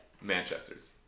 Manchester's